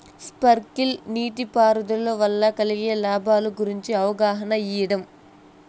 Sprinkle నీటిపారుదల వల్ల కలిగే లాభాల గురించి అవగాహన ఇయ్యడం?